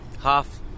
half